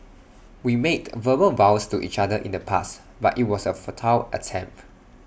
we made verbal vows to each other in the past but IT was A futile attempt